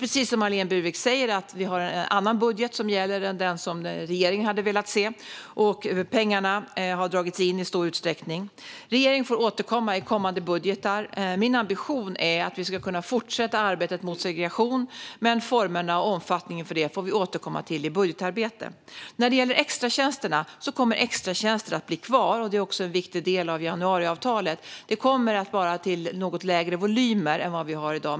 Precis som Marlene Burwick säger gäller nu en annan budget än den regeringen hade velat se. Pengarna har i stor utsträckning dragits in. Regeringen får återkomma i kommande budgetar. Min ambition är att vi ska kunna fortsätta med arbetet mot segregation. Men vi får återkomma i budgetarbetet med formerna och omfattningen för detta. Extratjänsterna kommer däremot att bli kvar, vilket också är en viktig del av januariavtalet. Det kommer att vara något mindre volymer än vad som finns i dag.